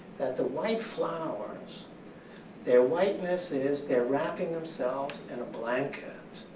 the white flowers their whiteness is they're wrapping themselves in a blanket.